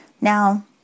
Now